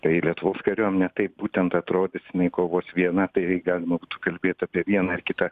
tai lietuvos kariuomenė taip būtent atrodys jinai kovos viena tai galima būtų kalbėt apie vieną ar kitą